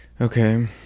Okay